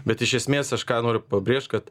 bet iš esmės aš ką noriu pabrėžt kad